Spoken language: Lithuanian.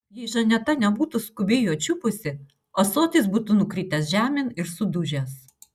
jei žaneta nebūtų skubiai jo čiupusi ąsotis būtų nukritęs žemėn ir sudužęs